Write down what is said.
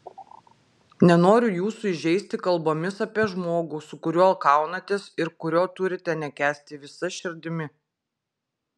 nenoriu jūsų įžeisti kalbomis apie žmogų su kuriuo kaunatės ir kurio turite nekęsti visa širdimi